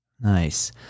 Nice